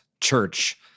church